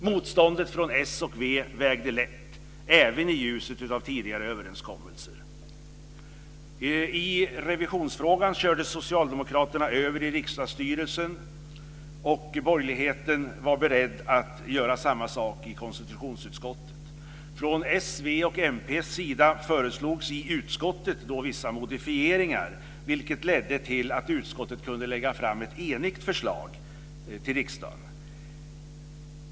Motståndet från s och v vägde lätt, även i ljuset av tidigare överenskommelser. · I revisionsfrågan kördes socialdemokraterna över i riksdagsstyrelsen, och borgerligheten var beredd att göra samma sak i konstitutionsutskottet. Från s, v och mp föreslogs i utskottet då vissa modifieringar, vilket ledde till att utskottet kunde lägga fram ett enigt förslag till riksdagen.